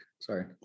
Sorry